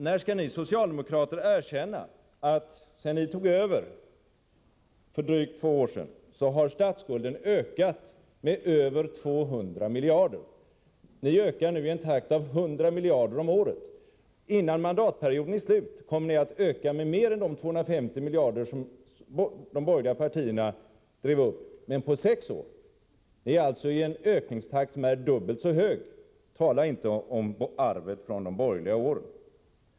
När skall ni socialdemokrater erkänna att statsskulden, sedan ni tog över för drygt två år sedan, har ökat med 200 miljarder? Ni ökar nu statsskulden i en takt som motsvarar 100 miljarder om året. Innan mandatperioden är slut kommer ni att ha ökat den med mer än de 250 miljarder som de borgerliga partierna stod för under en period av sex år. Det är alltså en ökningstakt som är dubbelt så hög. Tala inte om arvet från de borgerliga åren!